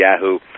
Yahoo